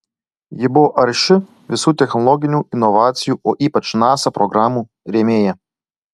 ji buvo arši visų technologinių inovacijų o ypač nasa programų rėmėja